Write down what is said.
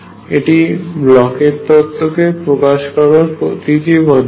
এটি ব্লকের তত্ত্বBlochs theorem কে প্রকাশ করবার তৃতীয় পদ্ধতি